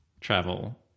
travel